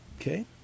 Okay